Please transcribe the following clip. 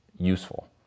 useful